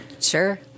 sure